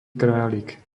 králik